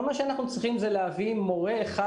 כל מה שאנחנו צריכים זה להביא מורה אחד